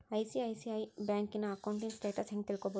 ICICI ಬ್ಯಂಕಿನ ಅಕೌಂಟಿನ್ status ಹೆಂಗ್ ತಿಳ್ಕೊಬೊದು?